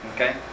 Okay